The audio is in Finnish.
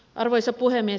arvoisa puhemies